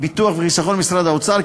ביטוח וחיסכון במשרד האוצר,